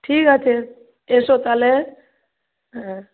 ঠিক আছে এসো তাহলে হ্যাঁ